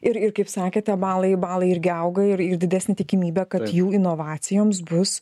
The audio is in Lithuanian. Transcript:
ir ir kaip sakėte malai balai irgi auga ir ir didesnė tikimybė kad jų inovacijoms bus